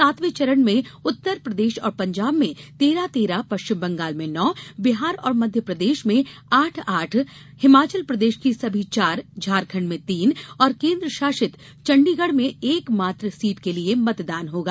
सातवें चरण में उत्तर प्रदेश और पंजाब में तेरह तेरह पश्चिम बंगाल में नौ बिहार और मध्य प्रदेश में आठ आठ हिमाचल प्रदेश की सभी चार झारखण्ड में तीन और केन्द्रशासित चंडीगढ़ में एकमात्र सीट के लिए मतदान होगा